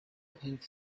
have